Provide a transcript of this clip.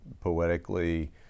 poetically